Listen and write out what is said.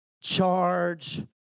charge